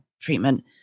treatment